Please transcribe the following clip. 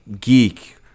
geek